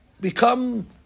become